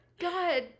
God